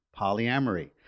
polyamory